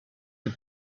had